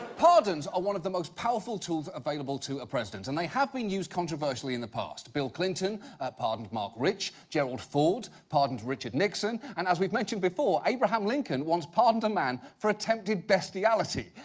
pardons are one of the most powerful tools available to a president and they have been used controversially in the past. bill clinton pardoned marc rich. gerald ford pardoned richard nixon. and as we've mentioned before, abraham lincoln once pardoned a man for attempted bestiality.